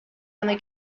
only